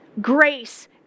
Grace